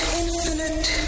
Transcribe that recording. infinite